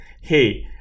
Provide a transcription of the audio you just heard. hey